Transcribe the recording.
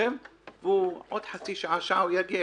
והוא מגיע אחרי חצי שעה או שעה.